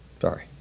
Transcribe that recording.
Sorry